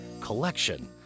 Collection